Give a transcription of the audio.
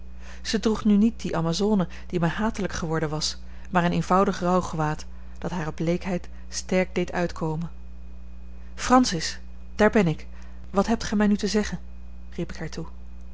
zij droeg nu niet die amazone die mij hatelijk geworden was maar een eenvoudig rouwgewaad dat hare bleekheid sterk deed uitkomen francis daar ben ik wat hebt gij mij nu te zeggen riep ik